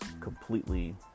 completely